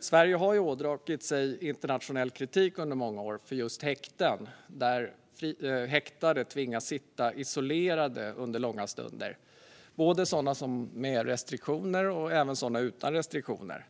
Sverige har ådragit sig internationell kritik under många år för just häkten där häktade tvingas sitta isolerade under långa stunder. Det gäller både sådana med restriktioner och sådana utan restriktioner.